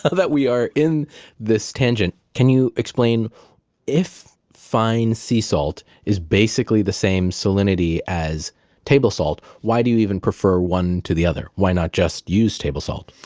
that we are in this tangent, can you explain if fine sea salt is basically the same salinity as table salt, why do you even prefer one to the other? why not just use table salt?